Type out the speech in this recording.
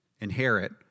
inherit